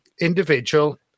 individual